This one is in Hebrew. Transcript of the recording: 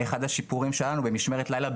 יש 70 מסגרות בסך הכל,